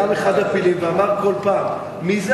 קם אחד הפעילים ואמר כל פעם: מי זה